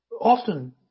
often